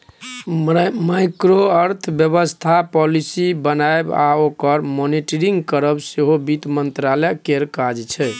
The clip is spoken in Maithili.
माइक्रो अर्थबेबस्था पालिसी बनाएब आ ओकर मॉनिटरिंग करब सेहो बित्त मंत्रालय केर काज छै